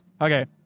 Okay